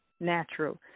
natural